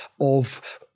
of-